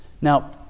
Now